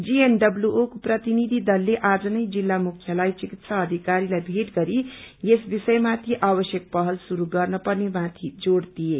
GNWO को प्रतिनिधि दलले आजनै जिल्ल मुख्य चिकित्सा अधिकारीलाई भेट गरी यस विषयामाथि आवश्यक पहल शुरू गर्न पने माथि जोड़ दिए